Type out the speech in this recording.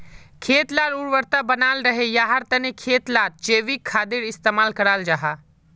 खेत लार उर्वरता बनाल रहे, याहार तने खेत लात जैविक खादेर इस्तेमाल कराल जाहा